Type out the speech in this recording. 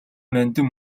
нандин